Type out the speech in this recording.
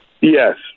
yes